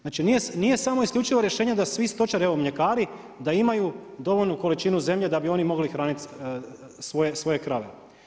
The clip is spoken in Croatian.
Znači nije samo isključivo rješenje, da svi stočari, evo mljekari da imaju dovoljnu količinu zemlje, da bi oni mogli hraniti svoje krave.